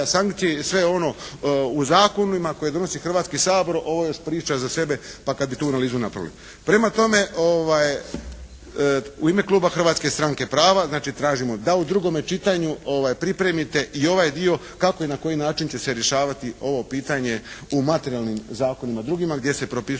sankcije i sve ono u zakonima koje donosi Hrvatski sabor, ovo je još priča za sebe pa kad bi tu analizu napravili. Prema tome, u ime kluba Hrvatske stranke prava znači tražimo da u drugome čitanju pripremite i ovaj dio kako i na koji način će se rješavati ovo pitanje u materijalnim zakonima drugima gdje se propisuje